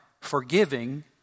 forgiving